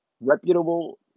reputable